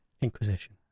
Inquisition